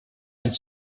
einen